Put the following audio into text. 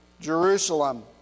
Jerusalem